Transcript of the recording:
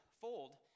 fold